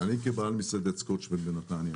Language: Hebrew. אני כבעל מסעדת סקוצמן בנתניה